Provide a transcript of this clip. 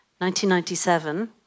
1997